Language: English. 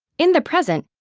in the present,